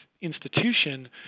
institution